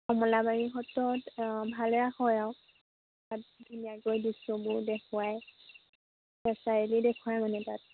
কমলাবাৰী সত্ৰত ভালে হয় আৰু তাত ধুনীয়াকৈ দৃশ্যবোৰ দেখুৱাই নেচাৰেলি দেখুৱাই মানে তাত